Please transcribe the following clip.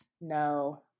No